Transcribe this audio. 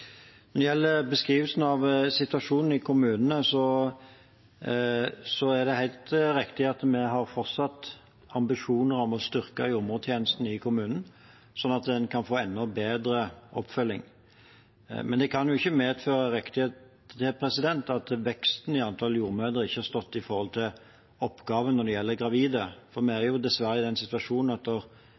Når det gjelder beskrivelsen av situasjonen i kommunene, er det helt riktig at vi fortsatt har ambisjoner om å styrke jordmortjenesten i kommunene, slik at en kan få enda bedre oppfølging. Men det kan ikke medføre riktighet at veksten i antall jordmødre ikke har stått i forhold til oppgavene med gravide. Vi er dessverre i den situasjonen at